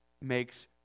makes